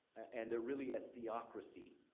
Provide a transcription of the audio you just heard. and they're really a theocracy.